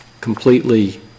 completely